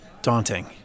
Daunting